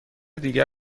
دیگر